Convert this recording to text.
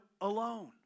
alone